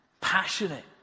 passionate